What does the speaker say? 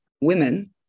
women